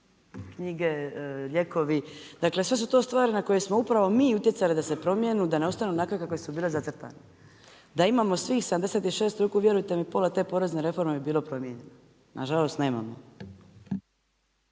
knjige, lijekovi. Dakle sve su to stvari na koje smo upravo mi utjecali da se promijene, da ne ostanu onakve kakve su bile zacrtane. Da imamo svih 76 ruku vjerujte mi pola te porezne reforme bi bilo promijenjeno, nažalost nemamo.